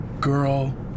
Girl